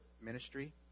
ministry